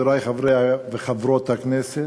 חברי חברי וחברות הכנסת,